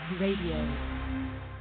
radio